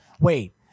Wait